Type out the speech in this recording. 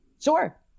Sure